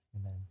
Amen